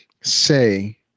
say